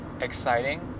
exciting